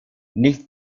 nicht